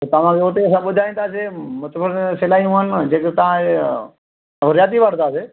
त तव्हां हुते सभु ॿुधाईंदासीं मतिलबु सिलाईयूं आहिनि जेके तव्हां इहो होरया थी वठंदासीं